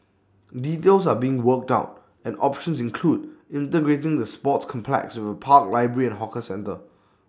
details are being worked out and options include integrating the sports complex with A park library and hawker centre